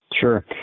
Sure